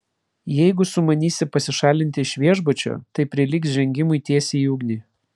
jeigu sumanysi pasišalinti iš viešbučio tai prilygs žengimui tiesiai į ugnį